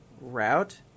route